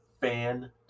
fan